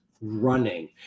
running